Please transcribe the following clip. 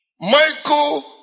Michael